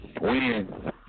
Win